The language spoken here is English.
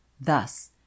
Thus